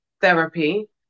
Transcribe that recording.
therapy